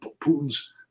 Putin's